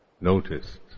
noticed